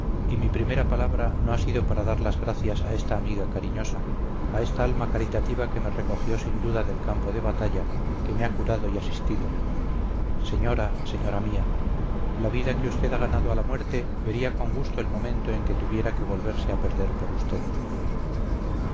y mi primera palabra no ha sido para dar las gracias a esta amiga cariñosa a esta alma caritativa que me recogió sin duda del campo de batalla que me ha curado y asistido señora señora mía la vida que usted ha ganado a la muerte vería con gusto el momento en que tuviera que volverse a perder por usted